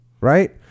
right